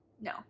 no